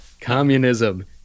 Communism